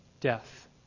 death